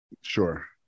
sure